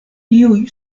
tiuj